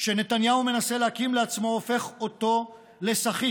שנתניהו מנסה להקים לעצמו הופך אותו לסחיט,